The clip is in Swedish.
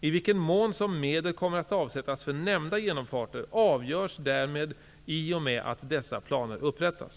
I vilken mån som medel kommer att avsättas för nämnda genomfarter avgörs därmed i och med att dessa planer upprättas.